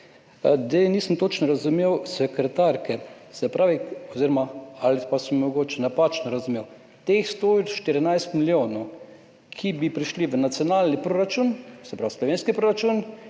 Nisem točno razumel sekretarke ali pa sem mogoče napačno razumel. Teh 114 milijonov, ki bi prišli v nacionalni proračun, se pravi slovenski proračun,